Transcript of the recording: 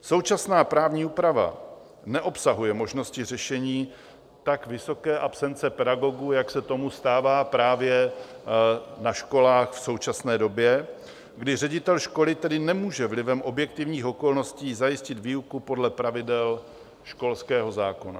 Současná právní úprava neobsahuje možnosti řešení tak vysoké absence pedagogů, jak se tomu stává právě na školách v současné době, kdy ředitel školy tedy nemůže vlivem objektivních okolností zajistit výuku podle pravidel školského zákona.